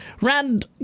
rand